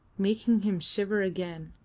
making him shiver again.